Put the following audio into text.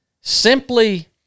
simply